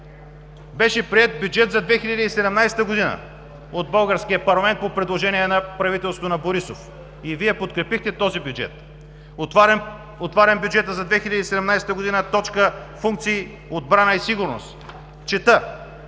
Беше приет бюджет за 2017 г. от българския парламент по предложение на правителството на Борисов и Вие подкрепихте този бюджет. Отварям бюджета за 2017 г., точка „Функции. Отбрана и сигурност“. Чета: